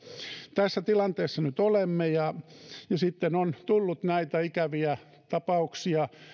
tässä tilanteessa nyt olemme ja sitten on tullut näitä ikäviä tapauksia